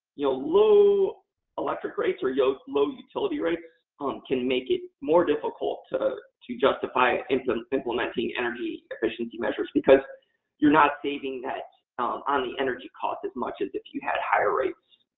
you know low electric rates or yeah ah low utility rates can make it more difficult to to justify and so implementing energy efficiency measures because you're not saving that on the energy cost as much as if you had higher rates.